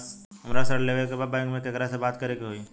हमरा ऋण लेवे के बा बैंक में केकरा से बात करे के होई?